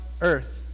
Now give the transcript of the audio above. earth